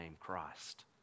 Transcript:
christ